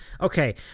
okay